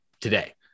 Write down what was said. today